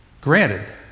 Granted